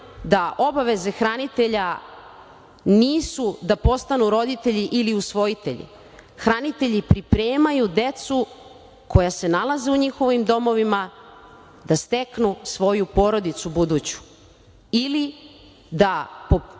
da obaveze hranitelja nisu da postani roditelji ili usvojitelji. Hranitelji pripremaju decu koja se nalaze u njihovim domovima da steknu svoju porodicu buduću ili da